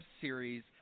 series